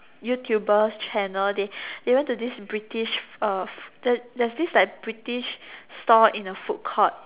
YouTuber's channel they they went to this British uh there there's this like British stall in the food court